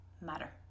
Matter